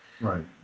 Right